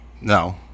no